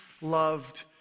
loved